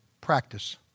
practice